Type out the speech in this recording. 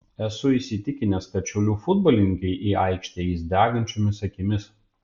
esu įsitikinęs kad šiaulių futbolininkai į aikštę eis degančiomis akimis